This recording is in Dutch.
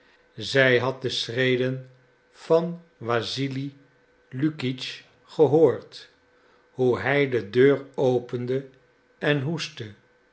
zij had de schreden van wassili lukitsch gehoord hoe hij de deur opende en hoestte